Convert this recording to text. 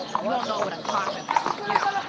you all know what i'm talking about. you know